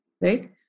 right